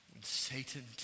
Satan